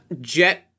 jet